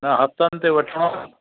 न हथनि ते वठिणो